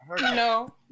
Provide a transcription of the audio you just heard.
No